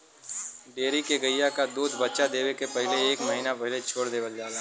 dairy के गइया क दूध बच्चा देवे के पहिले एक महिना पहिले छोड़ देवल जाला